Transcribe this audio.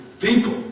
people